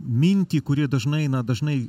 mintį kuri dažnai na dažnai